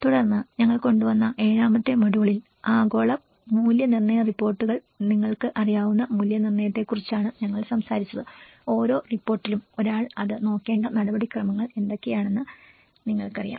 തുടർന്ന് ഞങ്ങൾ കൊണ്ടുവന്ന ഏഴാമത്തെ മൊഡ്യൂളിൽ ആഗോള മൂല്യനിർണ്ണയ റിപ്പോർട്ടുകൾ നിങ്ങൾക്ക് അറിയാവുന്ന മൂല്യനിർണ്ണയങ്ങളെക്കുറിച്ചാണ് ഞങ്ങൾ സംസാരിച്ചത് ഓരോ റിപ്പോർട്ടിലും ഒരാൾ അത് നോക്കേണ്ട നടപടിക്രമങ്ങൾ എന്തൊക്കെയാണെന്ന് നിങ്ങൾക്കറിയാം